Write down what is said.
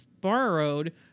borrowed